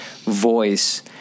voice